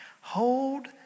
Hold